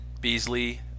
Beasley